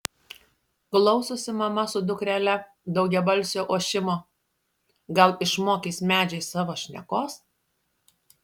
klausosi mama su dukrele daugiabalsio ošimo gal išmokys medžiai savo šnekos